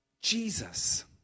Jesus